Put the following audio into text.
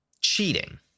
cheating